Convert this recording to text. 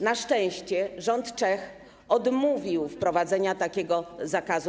Na szczęście rząd Czech odmówił wprowadzenia takiego zakazu.